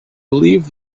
believe